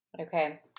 Okay